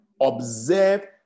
observe